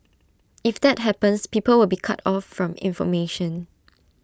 if that happens people will be cut off from information